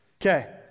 Okay